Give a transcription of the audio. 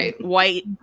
white